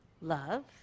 love